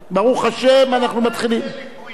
ברוך השם אנחנו מתחילים, לא אמרתי לא קוים.